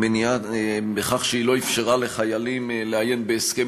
בכך שהיא לא אפשרה לחיילים לעיין בהסכם